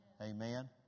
Amen